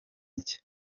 nshya